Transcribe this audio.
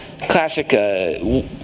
classic